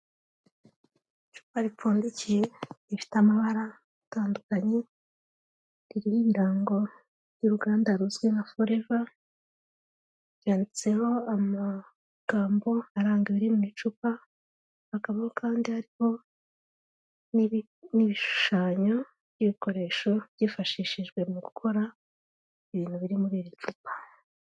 Icupa ripfundikiye rifite amabara atandukanye, ririho ibirango by'uruganda ruzwi nka Forever, ryanditseho amagambo aranga ibiri mu icupa hakabaho kandi hariho n'ibishushanyo by'ibikoresho byifashishijwe mu gukora ibintu biri muri iri cupa.